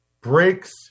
breaks